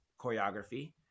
choreography